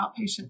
outpatient